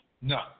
No